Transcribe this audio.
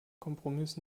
kompromiss